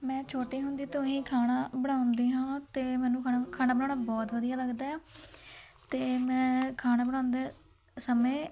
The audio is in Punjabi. ਮੈਂ ਛੋਟੇ ਹੁੰਦੇ ਤੋਂ ਹੀ ਖਾਣਾ ਬਣਾਉਂਦੀ ਹਾਂ ਅਤੇ ਮੈਨੂੰ ਖਾਣਾ ਖਾਣਾ ਬਣਾਉਣਾ ਬਹੁਤ ਵਧੀਆ ਲੱਗਦਾ ਆ ਅਤੇ ਮੈਂ ਖਾਣਾ ਬਣਾਉਂਦੇ ਸਮੇਂ